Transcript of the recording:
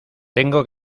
tengo